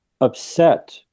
upset